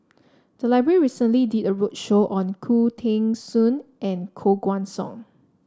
the library recently did a roadshow on Khoo Teng Soon and Koh Guan Song